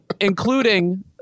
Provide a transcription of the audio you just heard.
including